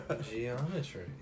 geometry